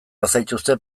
bazaituzte